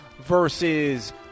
versus